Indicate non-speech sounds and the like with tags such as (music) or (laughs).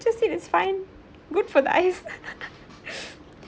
just eat it's fine good for the eyes (laughs)